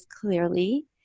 clearly